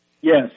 Yes